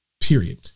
period